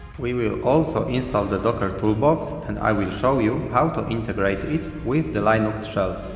we will also install the docker toolbox and i will show you how to integrate it with the linux shell.